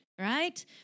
right